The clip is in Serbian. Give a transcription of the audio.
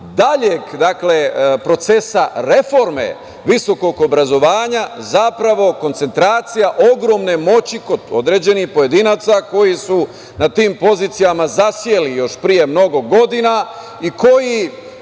daljeg procesa reforme visokog obrazovanja zapravo koncentracija ogromne moći kod određenih pojedinaca koji su na tim pozicijama zaseli još pre mnogo godina i koji